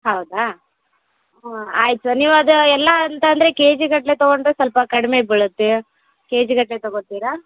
ಹೌದಾ ಹಾಂ ಆಯ್ತು ಸರ್ ನೀವು ಅದು ಎಲ್ಲ ಅಂತಂದರೆ ಕೆ ಜೆಗಟ್ಟಲೆ ತೊಗೊಂಡರೆ ಸ್ವಲ್ಪ ಕಡಿಮೆ ಬೀಳುತ್ತೆ ಕೆ ಜೆಗಟ್ಟಲೆ ತಗೋತೀರಾ